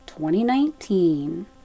2019